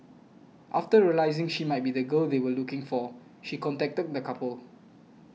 after realising she might be the girl they were looking for she contacted the couple